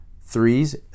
threes